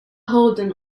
holden